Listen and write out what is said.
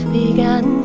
began